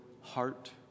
heart